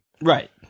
right